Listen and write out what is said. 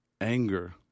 Anger